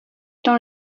dans